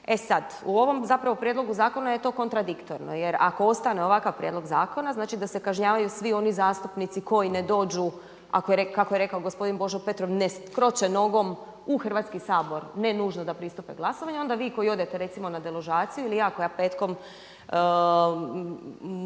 E sad u ovom zapravo prijedlogu zakona je to kontradiktorno jer ako ostane ovakav prijedlog zakona znači da se kažnjavaju svi oni zastupnici koji ne dođu kako je rekao gospodin Božo Petrov ne kroče nogom u Hrvatski sabor ne nužno da pristupe glasovanju, a onda vi koji odete recimo na deložaciju ili ja koja petkom